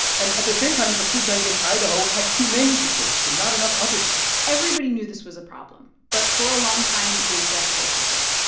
and at the same time, the food bank in idaho had too many potatoes and not enough other stuff everybody knew this was a problem. but for a long time, they just lived with it.